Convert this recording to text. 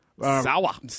Sawa